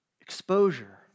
exposure